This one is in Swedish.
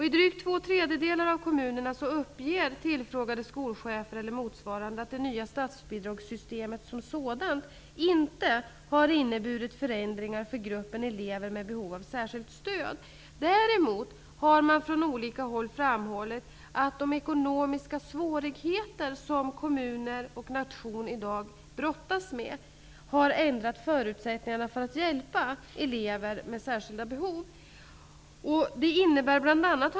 I drygt två tredjedelar av kommunerna uppger tillfrågade skolchefer eller motsvarande att det nya statsbidragssystemet som sådant inte har inneburit förändringar för gruppen elever med behov av särskilt stöd. Däremot har man från olika håll framhållit att de ekonomiska svårigheter som kommuner och nationen i dag brottas med har ändrat förutsättningarna för att hjälpa elever med särskilda behov.